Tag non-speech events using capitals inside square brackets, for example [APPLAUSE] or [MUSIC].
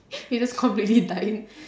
[LAUGHS] you're just completely dying